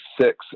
six